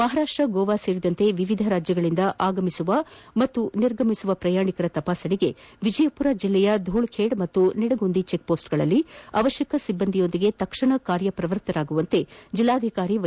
ಮಹಾರಾಷ್ಟ್ರ ಗೋವಾ ಸೇರಿದಂತೆ ವಿವಿಧ ರಾಜ್ಯಗಳಿಂದ ಆಗಮಿಸುವ ಹಾಗೂ ನಿರ್ಗಮಿಸುವ ಪ್ರಯಾಣಿಕರ ತಪಾಸಣೆಗೆ ವಿಜಯಮರ ಜಿಲ್ಲೆಯ ಧೂಳಖೇಡ ಮತ್ತು ನಿಡಗುಂದಿ ಚೆಕ್ಪೋಸ್ವಗಳಲ್ಲಿ ಅವಶ್ವಕ ಸಿಬ್ಬಂದಿಗಳೊಂದಿಗೆ ತಕ್ಷಣ ಕಾರ್ಯ ಪ್ರವೃತ್ತರಾಗುವಂತೆ ಜಿಲ್ಲಾಧಿಕಾರಿ ವೈ